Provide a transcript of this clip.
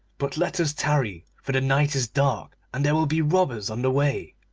but let us tarry, for the night is dark and there will be robbers on the way